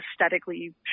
aesthetically